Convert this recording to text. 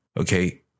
Okay